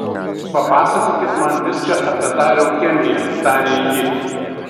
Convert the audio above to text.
papasakokit man viską apie tą leukemiją tarė ji